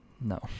No